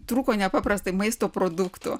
trūko nepaprastai maisto produktų